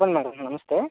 చెప్పండి మ్యాడమ్ నమస్తే